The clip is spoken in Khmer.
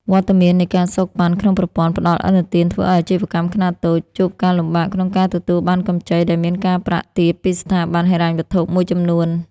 វត្តមាននៃ ការសូកប៉ាន់ ក្នុងប្រព័ន្ធផ្ដល់ឥណទាន ធ្វើឱ្យអាជីវកម្មខ្នាតតូចជួបការលំបាកក្នុងការទទួលបានកម្ចីដែលមានការប្រាក់ទាបពីស្ថាប័នហិរញ្ញវត្ថុមួយចំនួន។